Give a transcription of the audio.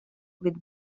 with